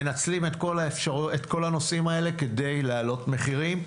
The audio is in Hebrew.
מנצלים את כל הנושאים האלה כדי להעלות מחירים.